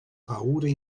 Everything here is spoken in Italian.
paure